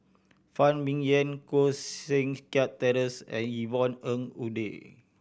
Phan Ming Yen Koh Seng Kiat Terence and Yvonne Ng Uhde